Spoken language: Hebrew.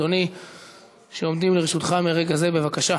חבר הכנסת